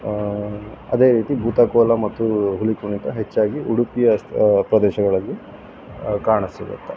ಅದೇ ರೀತಿ ಭೂತ ಕೋಲ ಮತ್ತು ಹುಲಿ ಕುಣಿತ ಹೆಚ್ಚಾಗಿ ಉಡುಪಿಯ ಪ್ರದೇಶಗಳಲ್ಲಿ ಕಾಣ ಸಿಗುತ್ತೆ